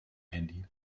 handy